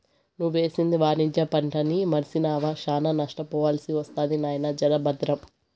నువ్వేసింది వాణిజ్య పంటని మర్సినావా, శానా నష్టపోవాల్సి ఒస్తది నాయినా, జర బద్రం